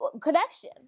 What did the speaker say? connection